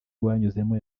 rwanyuzemo